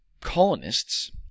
colonists